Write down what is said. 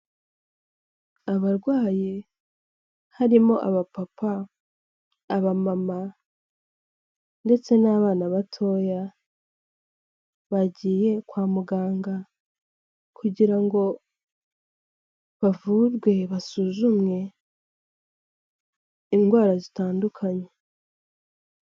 Abarwayi harimo abapapa abamama ndetse n'abana batoya, bagiye kwa muganga kugira ngo bavurwe basuzumwe indwara zitandukanye.